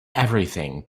everything